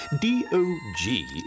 D-O-G